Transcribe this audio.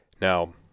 Now